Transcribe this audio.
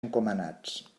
encomanats